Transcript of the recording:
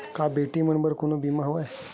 का बेटी मन बर कोनो बीमा हवय?